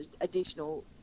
additional